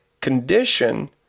condition